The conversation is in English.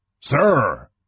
Sir